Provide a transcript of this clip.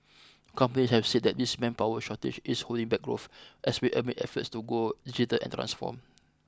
companies have said that this manpower shortage is holding back growth especially amid efforts to go digital and transform